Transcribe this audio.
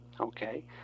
Okay